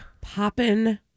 Poppin